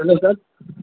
hello sir